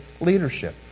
leadership